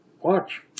Watch